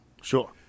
Sure